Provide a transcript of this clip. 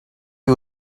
you